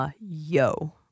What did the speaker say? yo